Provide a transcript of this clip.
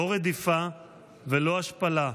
לא רדיפה ולא השפלה.